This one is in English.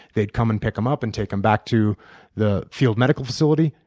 they'd come and pick them up and take them back to the field medical facility.